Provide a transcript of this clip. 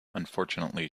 unfortunately